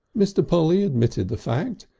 mr. polly admitted the fact,